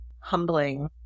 humbling